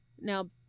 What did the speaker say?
Now